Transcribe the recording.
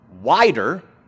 wider